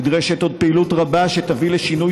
נדרשת עוד פעילות רבה שתביא לשינוי